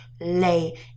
lay